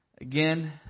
Again